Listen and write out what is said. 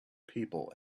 people